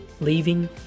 leaving